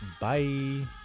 Bye